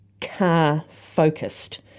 car-focused